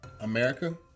America